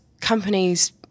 companies